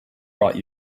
brought